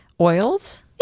oils